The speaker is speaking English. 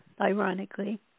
ironically